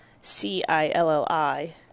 C-I-L-L-I